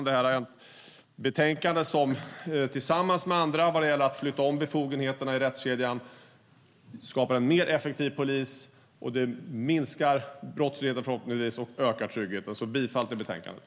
Det är ett betänkande som tillsammans med andra vad gäller att flytta om befogenheterna i rättskedjan skapar en mer effektiv polis och förhoppningsvis minskar brottsligheten och ökar tryggheten. Jag yrkar bifall till förslaget i betänkandet.